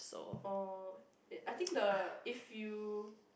oh I think the if you